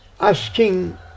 asking